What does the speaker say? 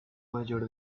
mayor